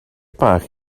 bach